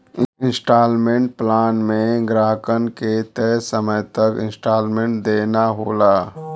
instalment plan में ग्राहकन के तय समय तक इन्सटॉलमेंट देना होला